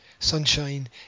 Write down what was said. Sunshine